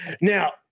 Now